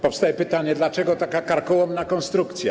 Powstaje pytanie: Dlaczego taka karkołomna konstrukcja?